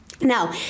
Now